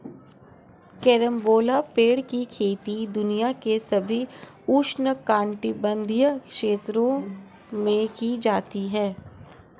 carambola पेड़ की खेती दुनिया के सभी उष्णकटिबंधीय क्षेत्रों में की जाती है